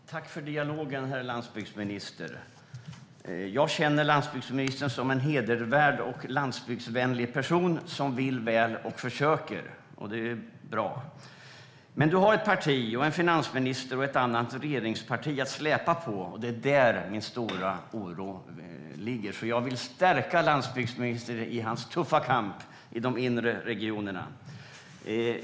Herr talman! Tack för dialogen, herr landsbygdsminister! Jag känner landsbygdsministern som en hedervärd och landsbygdsvänlig person som vill väl och försöker. Det är bra. Men han har ett parti, en finansminister och ett annat regeringsparti att släpa på, och det är där min stora oro ligger. Jag vill därför stärka landsbygdsministern i hans tuffa kamp i de inre regionerna.